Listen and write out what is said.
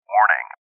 Warning